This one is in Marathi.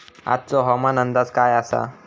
आजचो हवामान अंदाज काय आसा?